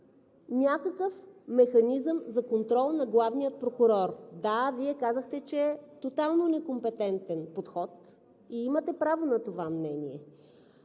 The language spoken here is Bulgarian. някакъв механизъм за контрол на главния прокурор. Да, Вие казахте, че е тотално некомпетентен подход и имате право на това мнение.